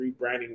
rebranding